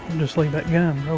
just leave that gun.